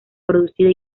producida